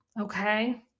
okay